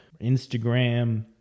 Instagram